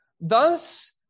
thus